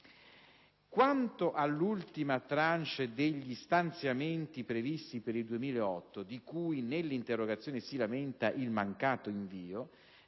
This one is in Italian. Quanto all'ultima *tranche* degli stanziamenti previsti per il 2008, di cui nell'interrogazione si lamenta il mancato invio,